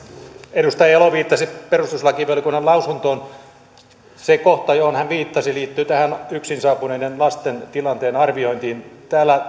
edustaja elo viittasi perustuslakivaliokunnan lausuntoon se kohta johon hän viittasi liittyy tähän yksin saapuneiden lasten tilanteen arviointiin täällä